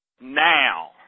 now